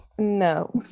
no